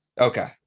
okay